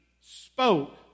spoke